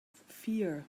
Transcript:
fear